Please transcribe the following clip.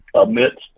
amidst